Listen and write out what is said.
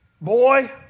boy